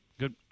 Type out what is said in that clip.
Good